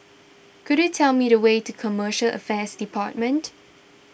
could you tell me the way to Commercial Affairs Department